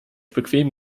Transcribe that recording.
bequem